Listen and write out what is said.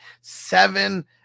Seven